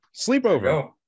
Sleepover